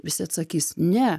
visi atsakys ne